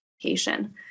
education